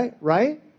right